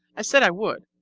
i said i would,